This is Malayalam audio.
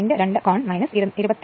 2 കോൺ 27